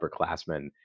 upperclassmen